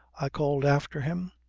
i called after him.